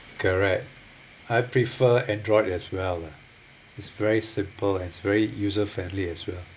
correct I prefer android as well lah it's very simple and it's very user friendly as well